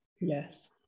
Yes